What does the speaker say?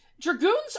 Dragoons